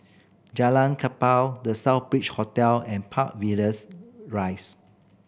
Jalan Kapal The Southbridge Hotel and Park Villas Rise